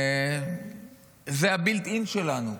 זה ה-built-in שלנו.